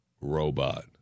robot